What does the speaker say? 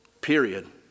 Period